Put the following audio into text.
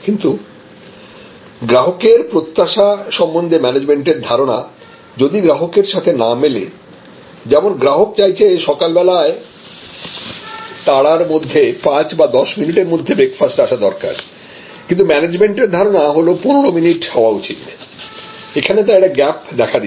কিন্তু গ্রাহকের প্রত্যাশা সম্বন্ধে ম্যানেজমেন্ট এর ধারণা যদি গ্রাহকের সাথে না মেলে যেমন গ্রাহক চাইছে সকালবেলায় তাড়ার মধ্যে 5 বা 10 মিনিটের মধ্যে ব্রেকফাস্ট আসা দরকার কিন্তু ম্যানেজমেন্ট এর ধারণা হলো 15 মিনিট হওয়া উচিত এখানে তাই একটা গ্যাপ দেখা দিচ্ছে